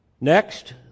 Next